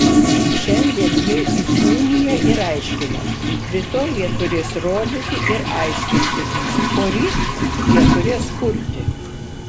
šiandien jie įkūnija ir aiškina rytoj jie turės rodyti ir aiškinti poryt jie turės kurti